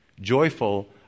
Joyful